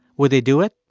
would they do it,